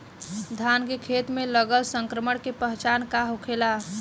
धान के खेत मे लगल संक्रमण के पहचान का होखेला?